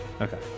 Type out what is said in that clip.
okay